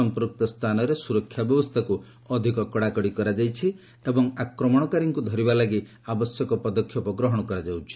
ସଂପୃକ୍ତ ସ୍ଥାନରେ ସୁରକ୍ଷା ବ୍ୟବସ୍ଥାକୁ ଅଧିକ କଡ଼ାକଡ଼ି କରାଯାଇଛି ଏବଂ ଆକ୍ରମଣକାରୀଙ୍କୁ ଧରିବା ଲାଗି ଆବଶ୍ୟକ ପଦକ୍ଷେପ ଗ୍ରହଣ କରାଯାଇଛି